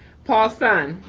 paulson.